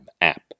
app